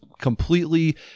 completely